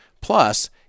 Plus